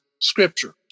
scripture